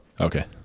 Okay